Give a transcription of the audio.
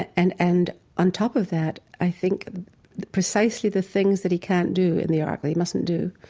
and and on top of that i think precisely the things that he can't do in the ark or he mustn't do,